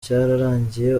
cyararangiye